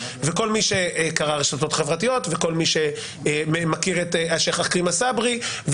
וכל מי שקרא רשתות חברתיות וכל מי שמכיר את השיח' אכרם א-סברי,